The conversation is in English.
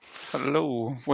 Hello